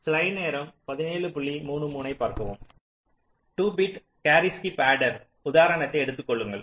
2 bit carry skip ஆடரின் உதாரணத்தை எடுத்துக் கொள்ளுங்கள்